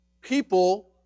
people